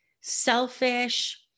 selfish